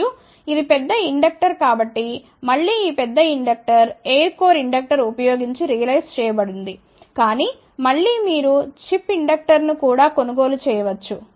మరియు ఇది పెద్ద ఇండక్టర్ కాబట్టి మళ్ళీ ఈ పెద్ద ఇండక్టర్ ఎయిర్ కోర్ ఇండక్టర్ ఉపయోగించి రియలైజ్ చేయబడింది కానీ మళ్ళీ మీరు చిప్ ఇండక్టర్ను కూడా కొనుగోలు చేయవచ్చు